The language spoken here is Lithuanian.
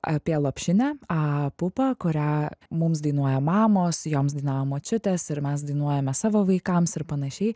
apie lopšinę a a a pupa kurią mums dainuoja mamos joms dainavo močiutės ir mes dainuojame savo vaikams ir panašiai